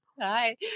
Hi